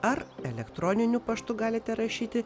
ar elektroniniu paštu galite rašyti